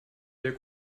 der